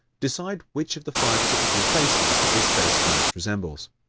decide which of the five typical faces his face most resembles.